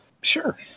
Sure